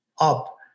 up